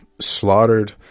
slaughtered